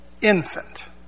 infant